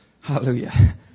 Hallelujah